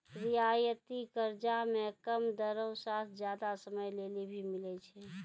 रियायती कर्जा मे कम दरो साथ जादा समय लेली भी मिलै छै